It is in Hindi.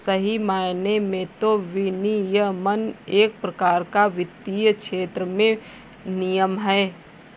सही मायने में तो विनियमन एक प्रकार का वित्तीय क्षेत्र में नियम है